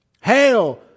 Hail